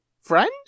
friend